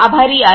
आभारी आहे